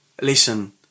listen